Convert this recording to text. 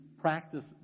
practice